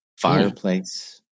fireplace